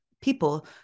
people